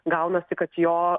gaunasi kad jo